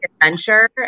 adventure